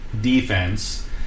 defense